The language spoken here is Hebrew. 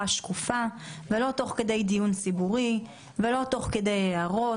שקופה ולא תוך כדי דיון ציבורי ולא תוך כדי הערות.